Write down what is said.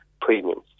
premiums